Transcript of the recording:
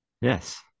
Yes